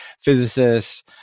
physicists